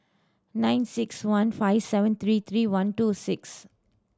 nine six one five seven three three one two six